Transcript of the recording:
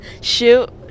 Shoot